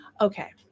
Okay